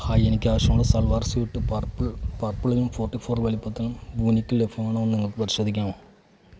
hi എനിക്ക് ആവശ്യമുള്ള salwar suit പർപ്പിളും ഫോർട്ടി ഫോർ വലുപ്പത്തിലും വൂനിക്കിൽ ലഭ്യമാണോ എന്ന് നിങ്ങൾക്ക് പരിശോധിക്കാമോ